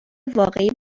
واقعی